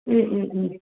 ம் ம் ம்